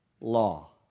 law